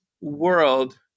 world